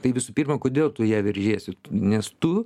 tai visų pirma kodėl tu į ją veržiesi nes tu